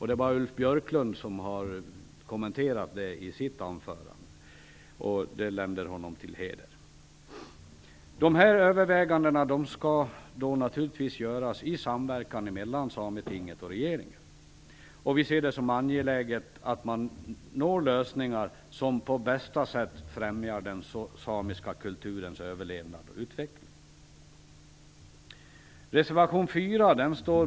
Det var Ulf Björklund som kommenterade det i sitt anförande. Det länder honom till heder. Dessa överväganden skall naturligtvis göras i samverkan mellan Sametinget och regeringen. Vi ser det som angeläget att man når lösningar som på bästa sätt främjar den samiska kulturens överlevnad och utveckling.